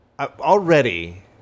already